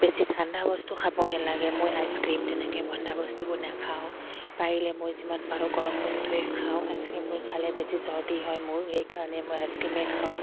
বেছি ঠাণ্ডা বস্তু খাব নেলাগে মই আইচক্ৰীম তেনেকৈ বন্ধা বস্তুবোৰ নাখাওঁ পাৰিলে মই যিমান পাৰোঁ গৰম বস্তুৱে খাওঁ আইচক্ৰীমবোৰ খালে বেছি চৰ্দি হয় মোৰ সেইকাৰণে মই আইচক্ৰীমে খাওঁ